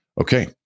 okay